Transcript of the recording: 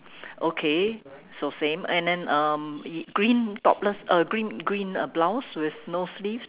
okay so same and then um green topless uh green green uh blouse with no sleeves